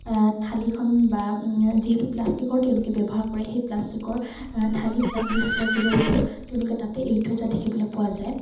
থালিখন বা যিহেতু প্লাষ্টিকৰ তেওঁলোকে ব্যৱহাৰ কৰে সেই প্লাষ্টিকৰ থালিবিলাক ডিছপজেবলবোৰ তেওঁলোকে তাতে এৰি থৈ যোৱা দেখিবলৈ পোৱা যায়